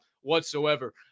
whatsoever